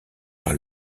par